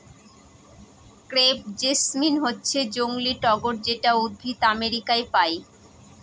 crepe jasmine হচ্ছে জংলী টগর যেটা উদ্ভিদ আমেরিকায় পায়